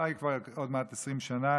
אולי כבר עוד מעט 20 שנה.